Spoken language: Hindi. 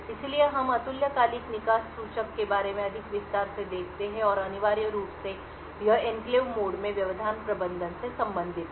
इसलिए हम अतुल्यकालिक निकास सूचक के बारे में अधिक विस्तार से देखते हैं और अनिवार्य रूप से यह एन्क्लेव मोड में व्यवधान प्रबंधन से संबंधित है